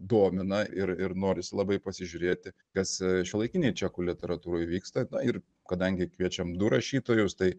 domina ir ir norisi labai pasižiūrėti kas šiuolaikinėj čekų literatūroj vyksta ir kadangi kviečiam du rašytojus tai